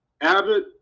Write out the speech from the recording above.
Abbott